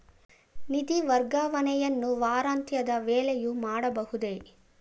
ನಿಧಿ ವರ್ಗಾವಣೆಯನ್ನು ವಾರಾಂತ್ಯದ ವೇಳೆಯೂ ಮಾಡಬಹುದೇ?